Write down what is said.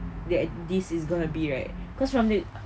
that this is gonna be right cause from the